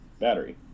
battery